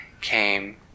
came